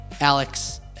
Alex